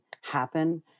happen